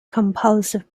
compulsive